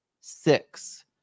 six